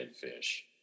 fish